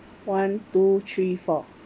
one two three four